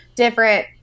different